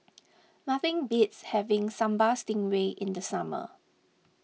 nothing beats having Sambal Stingray in the summer